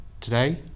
today